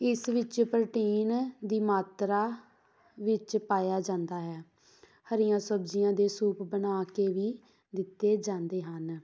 ਇਸ ਵਿੱਚ ਪ੍ਰੋਟੀਨ ਦੀ ਮਾਤਰਾ ਵਿੱਚ ਪਾਇਆ ਜਾਂਦਾ ਹੈ ਹਰੀਆਂ ਸਬਜ਼ੀਆਂ ਦੇ ਸੂਪ ਬਣਾ ਕੇ ਵੀ ਦਿੱਤੇ ਜਾਂਦੇ ਹਨ